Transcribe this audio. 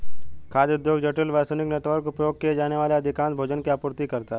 खाद्य उद्योग जटिल, वैश्विक नेटवर्क, उपभोग किए जाने वाले अधिकांश भोजन की आपूर्ति करता है